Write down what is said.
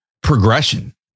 progression